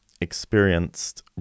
experienced